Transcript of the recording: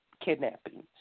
kidnappings